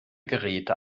geräte